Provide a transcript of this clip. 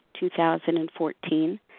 2014